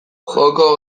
joko